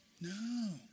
no